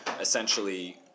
essentially